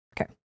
Okay